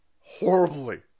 horribly